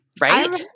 Right